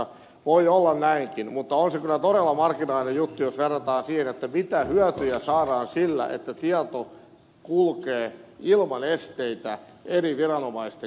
voi olla näinkin mutta on se kyllä todella marginaalinen juttu jos verrataan siihen mitä hyötyjä saadaan sillä että tieto kulkee ilman esteitä eri viranomaisten kesken